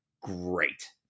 great